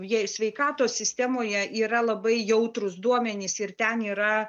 jie sveikatos sistemoje yra labai jautrūs duomenys ir ten yra